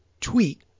tweet